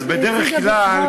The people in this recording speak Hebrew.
אז בדרך כלל,